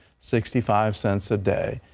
sixty five cents a day.